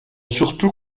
surtout